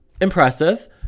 impressive